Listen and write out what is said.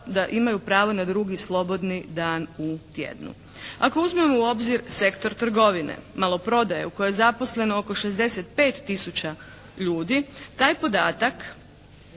da imaju pravo na drugi slobodni dan u tjednu. Ako uzmemo u obzir sektor trgovine, maloprodaje u kojoj je zaposleno oko 65 tisuća ljudi, taj podatak